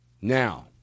Now